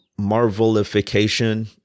Marvelification